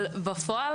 אבל בפועל,